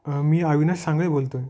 मी अविनाश सांगळे बोलतो आहे